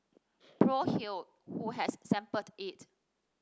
Prof Hew who has sampled it